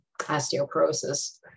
osteoporosis